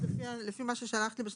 לפי מה ששלחה לי ענבל משש,